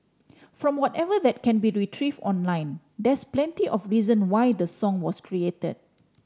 from whatever that can be retrieve online there's plenty of reason why the song was created